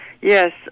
Yes